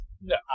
No